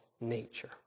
nature